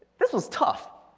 this was tough.